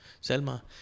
Selma